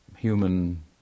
human